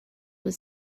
was